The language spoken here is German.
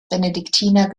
benediktiner